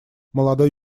молодой